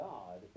God